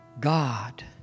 God